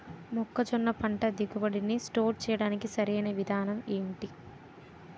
మొక్కజొన్న పంట దిగుబడి నీ స్టోర్ చేయడానికి సరియైన విధానం ఎంటి?